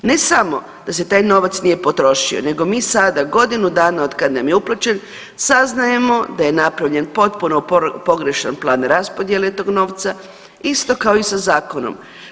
Ne samo da se taj novac nije potrošio nego mi sada godinu dana otkad nam je uplaćen saznajemo da je napravljen potpuno pogrešan plan raspodjele tog novca isto kao i sa zakonom.